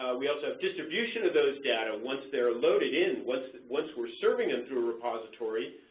we also have distribution of those data once they're loaded in, once once we're serving them through a repository,